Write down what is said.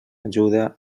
ajuda